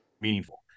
meaningful